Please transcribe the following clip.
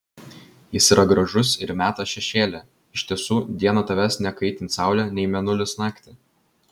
jis yra gražus ir meta šešėlį iš tiesų dieną tavęs nekaitins saulė nei mėnulis naktį